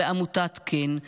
עמותת כ"ן,